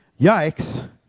Yikes